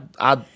I-